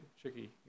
tricky